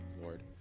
Lord